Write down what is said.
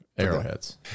arrowheads